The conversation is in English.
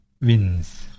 wins